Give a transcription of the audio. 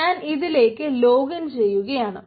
ഞാൻ അതിലേക്ക് ലോഗിൻ ചെയ്യുകയാണ്